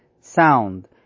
sound